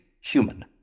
human